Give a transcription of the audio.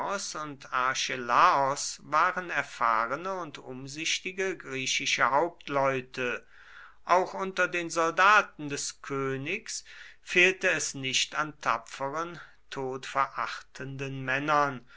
und archelaos waren erfahrene und umsichtige griechische hauptleute auch unter den soldaten des königs fehlte es nicht an tapferen todverachtenden männern